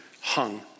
hung